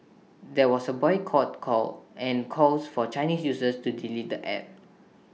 there was A boycott call and calls for Chinese users to delete the app